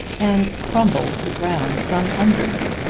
and crumbles the ground from under me.